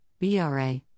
BRA